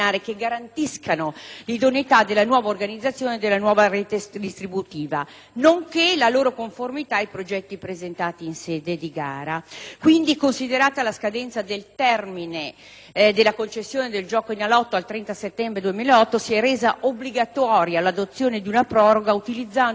nonché la loro conformità ai progetti presentati in sede di gara. Dunque, considerata la scadenza del termine della concessione del gioco Enalotto (30 settembre 2008), si è resa obbligatoria l'adozione di una proroga utilizzando un provvedimento avente forza di legge, affinché non venissero meno per il concessionario